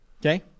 Okay